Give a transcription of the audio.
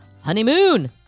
honeymoon